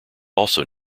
also